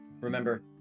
Remember